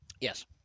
Yes